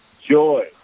Joy